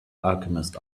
alchemist